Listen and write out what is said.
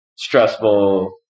stressful